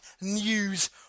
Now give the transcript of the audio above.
news